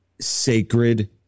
sacred